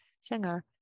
singer